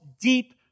deep